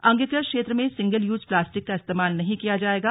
अंगीकृत क्षेत्र में सिंगल यूज प्लास्टिक का इस्तेमाल नहीं किया जायेगा